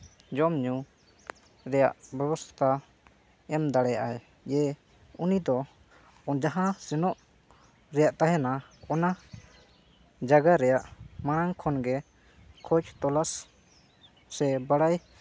ᱡᱚᱢᱼᱧᱩ ᱨᱮᱭᱟᱜ ᱵᱮᱵᱚᱥᱛᱷᱟ ᱮᱢ ᱫᱟᱲᱮᱭᱟᱜᱼᱟᱭ ᱡᱮ ᱩᱱᱤ ᱫᱚ ᱡᱟᱦᱟᱸ ᱥᱮᱱᱚᱜ ᱨᱮᱭᱟᱜ ᱛᱟᱦᱮᱱᱟ ᱚᱱᱟ ᱡᱟᱭᱜᱟ ᱨᱮᱭᱟᱜ ᱢᱟᱲᱟᱝ ᱠᱷᱚᱱ ᱜᱮ ᱠᱷᱚᱡᱽ ᱛᱚᱞᱟᱥ ᱥᱮ ᱵᱟᱲᱟᱭ